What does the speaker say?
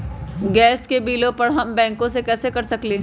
Gas के बिलों हम बैंक से कैसे कर सकली?